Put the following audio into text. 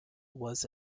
was